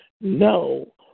no